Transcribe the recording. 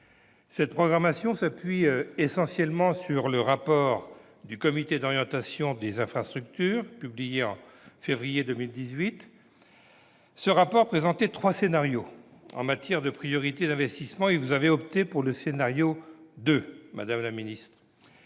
Cette programmation s'appuie essentiellement sur le rapport du comité d'orientation des infrastructures publié en février 2018, qui présentait trois scénarios en matière de priorités d'investissements. Madame la ministre, vous avez opté pour le scénario n° 2. Je ne